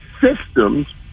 systems